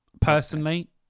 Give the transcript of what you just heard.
Personally